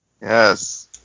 Yes